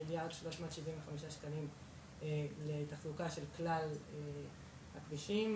1.375 מיליארד ש"ח לתחזוקה של כלל הכבישים,